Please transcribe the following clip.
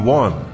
one